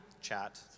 Chat